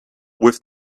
with